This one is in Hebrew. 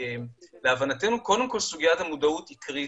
להבנתנו סוגיית המודעות היא קריטית.